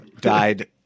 died